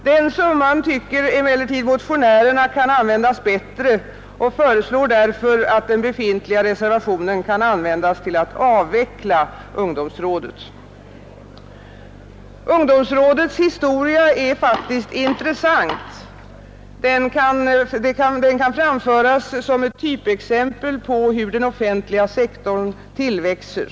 Den summan tycker emellertid motionärerna kan användas bättre och föreslår därför att den befintliga reservationen kan användas till att avveckla ungdomsrådet. Ungdomsrådets historia är intressant. Den kan framföras som ett typexempel på hur den offentliga sektorn tillväxer.